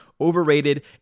overrated